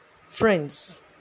Friends